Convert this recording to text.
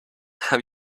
have